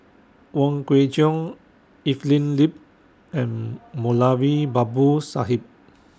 Wong Kwei Cheong Evelyn Lip and Moulavi Babu Sahib